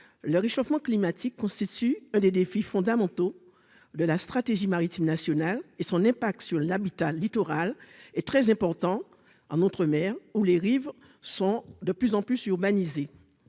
le réchauffement climatique constitue un des défis fondamentaux de la stratégie maritime nationale et son impact sur l'habitat, le littoral est très important en outre-mer où les rives sont de plus en plus les